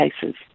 cases